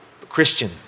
Christian